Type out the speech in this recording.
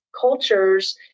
cultures